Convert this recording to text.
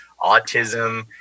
autism